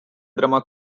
drama